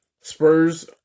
Spurs